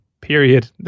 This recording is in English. period